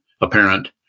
apparent